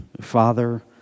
Father